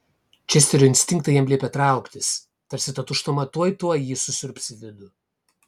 česterio instinktai jam liepė trauktis tarsi ta tuštuma tuoj tuoj jį susiurbs į vidų